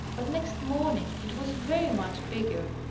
but next morning it was very much bigger,